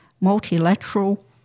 multilateral